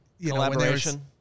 collaboration